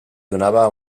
donava